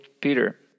Peter